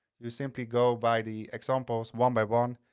you simply go by the examples one by one.